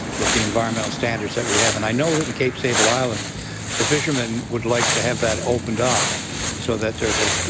with the environmental standards that we have, and i know that in cape sable island the fishermen would like to have that opened up so that there is a